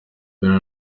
billy